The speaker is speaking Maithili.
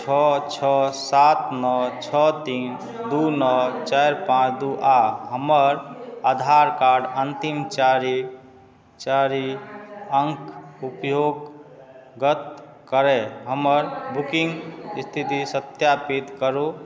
छओ छओ सात नओ छओ तीन दू नओ चारि पाँच दू आ हमर आधारकार्ड अंतिम चारि अङ्क उपयोग गत करैत हमर बुकिंग स्थिति सत्यापित करू